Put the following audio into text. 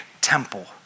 temple